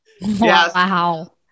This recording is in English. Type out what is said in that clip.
wow